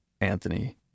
Anthony